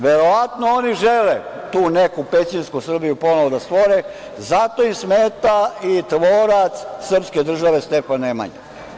Verovatno oni žele tu neku pećinsku Srbiju ponovo da stvore, zato im smeta i tvorac srpske države, Stefan Nemanja.